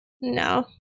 No